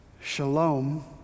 shalom